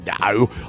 no